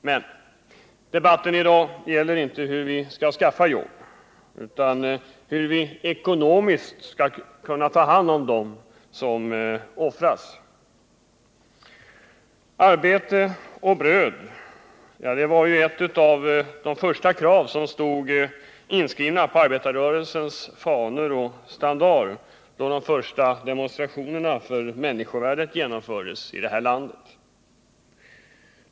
Men debatten i dag gäller inte hur vi skall skaffa jobb utan hur vi ekonomiskt skall kunna ta hand om dem som offras. ” Arbete och bröd” var ett av de första krav som stod inskrivna på arbetarrörelsens fanor och standar då de första demonstrationerna för människovärdet genomfördes i vårt land.